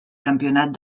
campionat